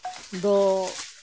ᱫᱚ